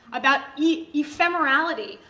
about yeah ephemerality,